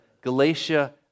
Galatia